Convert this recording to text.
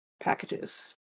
packages